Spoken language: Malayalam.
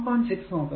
6 നോക്കുക